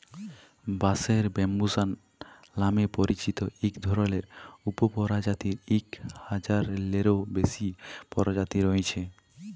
বাঁশের ব্যম্বুসা লামে পরিচিত ইক ধরলের উপপরজাতির ইক হাজারলেরও বেশি পরজাতি রঁয়েছে